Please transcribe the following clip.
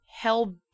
hell